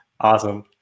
Awesome